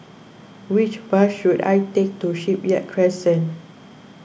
which bus should I take to Shipyard Crescent